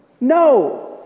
No